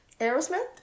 Aerosmith